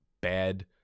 bad